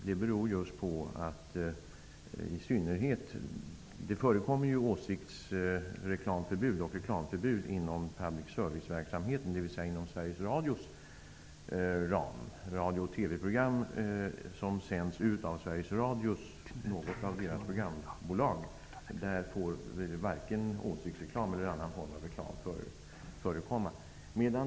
Det beror just på att det förekommer åsiktsreklamförbud och reklamförbud inom public service-verksamheten, dvs. inom Sveriges Radios ram. I radio och TV-program som sänds av något av Sveriges Radios programbolag får varken åsiktsreklam eller annan form av reklam förekomma.